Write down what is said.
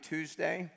Tuesday